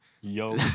Yo